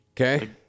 Okay